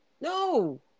no